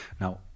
Now